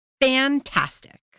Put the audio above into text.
fantastic